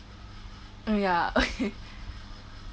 mm ya okay